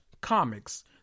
comics